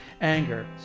anger